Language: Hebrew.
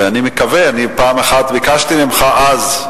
ואני מקווה, אני פעם ביקשתי ממך אז,